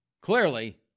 Clearly